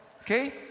Okay